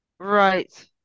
Right